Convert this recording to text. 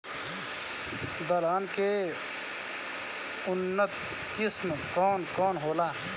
दलहन के उन्नत किस्म कौन कौनहोला?